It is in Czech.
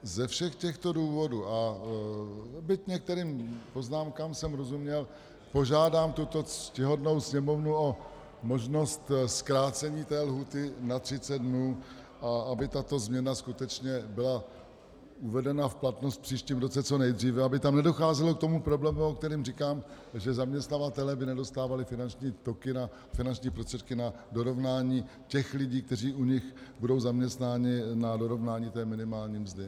Ze všech těchto důvodů, byť některým poznámkám jsem rozuměl, požádám tuto ctihodnou sněmovnu o možnost zkrácení lhůty na 30 dnů, aby tato změna skutečně byla uvedena v platnost v příštím roce co nejdříve, aby tam nedocházelo k tomu problému, o kterém říkám, že zaměstnavatelé by nedostávali finanční toky na finanční prostředky na dorovnání těch lidí, kteří u nich budou zaměstnáni, na dorovnání minimální mzdy.